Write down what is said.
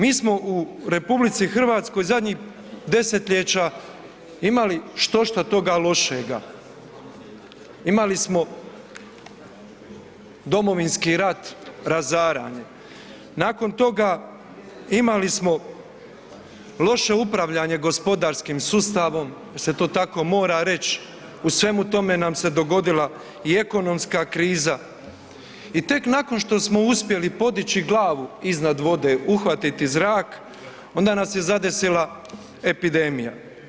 Mi smo u RH zadnjeg desetljeća imali štošta toga lošega, imali smo Domovinski rat, razaranje, nakon toga imali smo loše upravljanje gospodarskim sustavom jel se to tako mora reć u svemu tome nam se dogodila i ekonomska kriza i tek nakon što smo uspjeli podići glavu iznad vode uhvatiti zrak onda nas je zadesila epidemija.